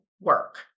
work